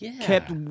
kept